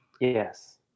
Yes